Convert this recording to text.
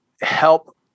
Help